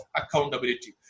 accountability